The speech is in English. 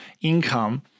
income